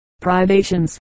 privations